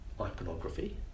iconography